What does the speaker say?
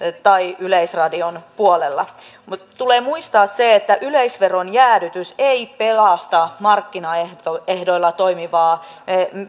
tai yleisradion puolella mutta tulee muistaa se että yle veron jäädytys ei pelasta markkinaehdoilla toimivaa